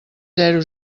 zero